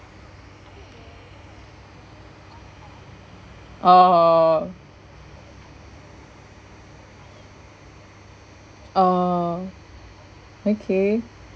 oh oh okay